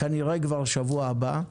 כנראה כבר שבוע הבא.